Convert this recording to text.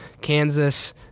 Kansas